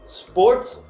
sports